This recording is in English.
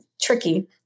tricky